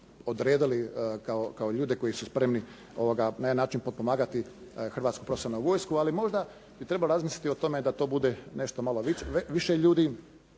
odredili kao ljude koji su spremni na jedan način potpomagati hrvatsku profesionalnu vojsku. Ali možda bi trebalo razmisliti o tome da to bude nešto malo više ljudi.